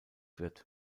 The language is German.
wird